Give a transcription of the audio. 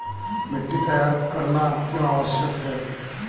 मिट्टी तैयार करना क्यों आवश्यक है?